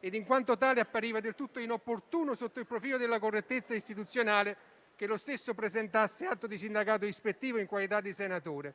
e in quanto tale appariva del tutto inopportuno sotto il profilo della correttezza istituzionale che lo stesso presentasse atto di sindacato ispettivo in qualità di senatore.